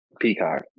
Peacock